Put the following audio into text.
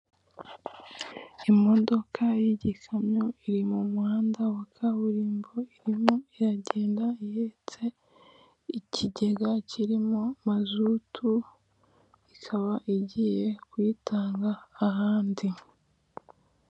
Imodoka y'igikamyo iri mu muhanda wa kaburimbo irimo iragenda ihetse ikigega kirimo mazutu ikaba igiye kuyitanga ahandi.